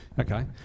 Okay